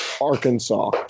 Arkansas